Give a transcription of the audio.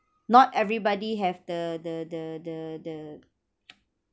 not everybody have the the the the the